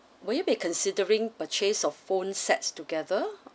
will you be considering purchase of phone sets together